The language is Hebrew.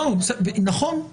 נכון.